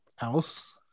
else